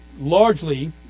largely